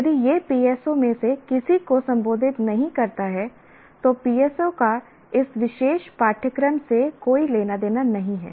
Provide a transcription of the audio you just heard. यदि यह PSO में से किसी को संबोधित नहीं करता है तो PSO का इस विशेष पाठ्यक्रम से कोई लेना देना नहीं है